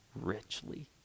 richly